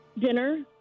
dinner